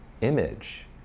image